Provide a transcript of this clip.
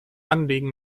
anliegen